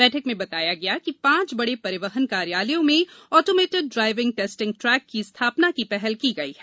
बैठक में बताया गया कि पाँच बड़े परिवहन कार्यालयों में ऑटोमेटेड ड्राइविंग टेस्टिंग ट्रेक की स्थापना की पहल की गई है